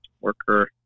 Worker